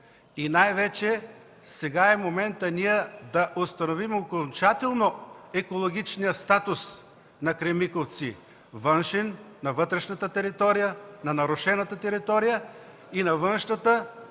и най-вече сега е моментът да установим окончателно екологичния статус на „Кремиковци” – на вътрешната територия, на нарушената територия и на външната,